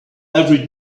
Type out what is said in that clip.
every